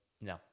No